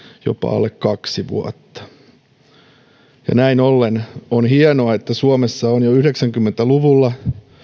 jopa alle kaksi vuotta näin ollen on hienoa että suomessa on jo yhdeksänkymmentä luvulla